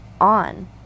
on